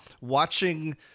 watching